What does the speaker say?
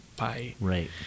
Right